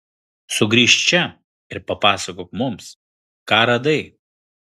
sugrįžk čia ir papasakok mums ką radai